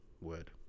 word